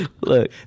Look